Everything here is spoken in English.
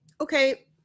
okay